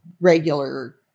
regular